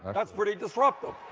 that's pretty disruptive.